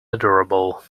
adorable